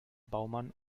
baumann